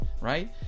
right